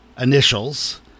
initials